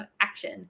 action